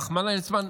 רחמנא ליצלן,